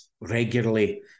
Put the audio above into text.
regularly